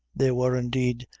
there were, indeed,